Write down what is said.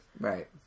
right